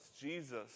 Jesus